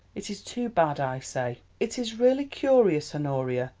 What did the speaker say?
it is too bad, i say! it is really curious, honoria,